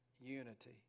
unity